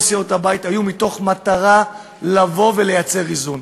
סיעות הבית היו מתוך מטרה לייצר איזון.